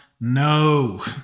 No